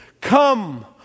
Come